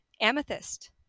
amethyst